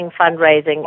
fundraising